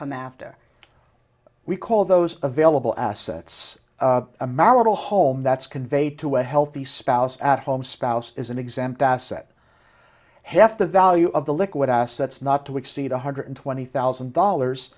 come after we call those available assets a marital home that's conveyed to a healthy spouse at home spouse is an exempt asset half the value of the liquid assets not to exceed one hundred twenty thousand dollars